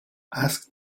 ask